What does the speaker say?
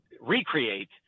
recreate